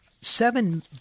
seven